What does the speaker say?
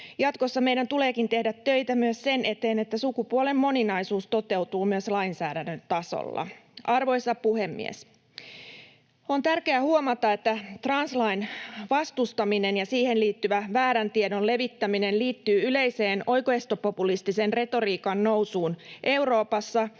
Jatkossa meidän tuleekin tehdä töitä myös sen eteen, että sukupuolen moninaisuus toteutuu myös lainsäädännön tasolla. Arvoisa puhemies! On tärkeää huomata, että translain vastustaminen ja siihen liittyvä väärän tiedon levittäminen liittyy yleiseen oikeistopopulistisen retoriikan nousuun Euroopassa,